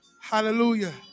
hallelujah